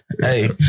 Hey